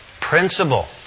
principle